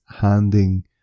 handing